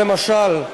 למשל,